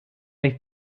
they